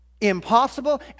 impossible